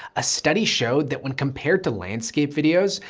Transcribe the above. a study showed that when compared to landscape videos,